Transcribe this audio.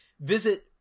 visit